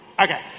Okay